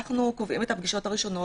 אנחנו קובעים את הפגישות הראשונות